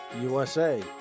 USA